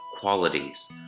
qualities